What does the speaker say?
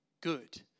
good